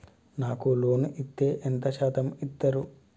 నాకు లోన్ ఇత్తే ఎంత శాతం ఇత్తరు?